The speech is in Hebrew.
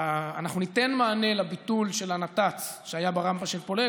אנחנו ניתן מענה לביטול של הנת"צ שהיה ברמפה של פולג,